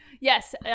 Yes